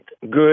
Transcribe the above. good